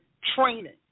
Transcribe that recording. training